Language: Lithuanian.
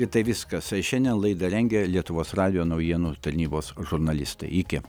ir tai viskas šiandien laidą rengia lietuvos radijo naujienų tarnybos žurnalistai iki